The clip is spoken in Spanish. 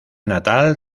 natal